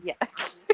Yes